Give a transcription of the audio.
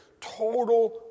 total